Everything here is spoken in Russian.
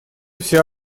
вся